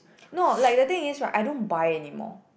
no like the thing is right I don't buy anymore